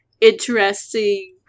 interesting